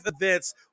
events